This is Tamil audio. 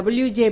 J